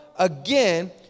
Again